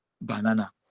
banana